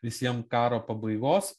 visiem karo pabaigos